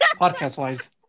podcast-wise